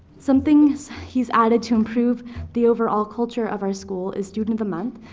something's he's added to improve the overall culture of our school is student of month,